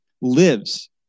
lives